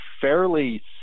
fairly